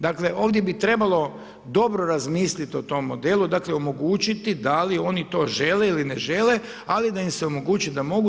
Dakle, ovdje bi trebalo dobro razmisliti o tom modelu, dakle, omogućiti da li oni to žele ili ne žele, ali da im se omogući da mogu.